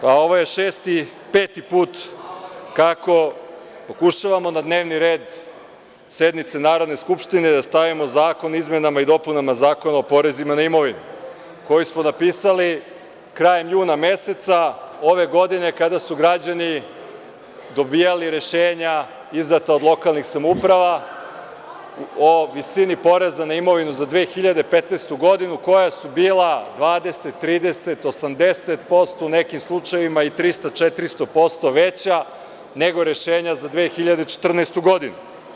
Pa, ovo je šesti, peti put kako pokušavamo na dnevni red sednice Narodne skupštine stavimo zakon o izmenama i dopunama Zakona o porezima na imovinu, koji smo napisali krajem juna meseca ove godine kada su građani dobijali rešenja izdate od lokalnih samouprava o visini poreza na imovinu za 2015. godinu koja su bila 20, 30, 80%, u nekim slučajevima i 300, 400% veća nego rešenja za 2014. godinu.